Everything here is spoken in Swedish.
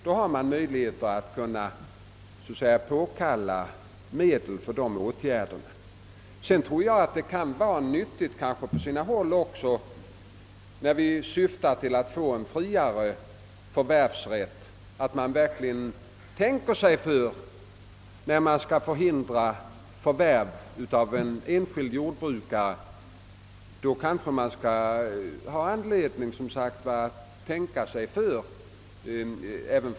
När vi nu strävar efter att åstadkomma en friare förvärvsrätt tror jag att det kan vara nyttigt att lantbruksnämnderna verkligen tänker sig för innan de förhindrar en enskild jordbrukares förvärv av en fastighet.